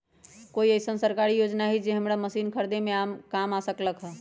कोइ अईसन सरकारी योजना हई जे हमरा मशीन खरीदे में काम आ सकलक ह?